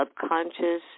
subconscious